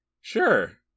Sure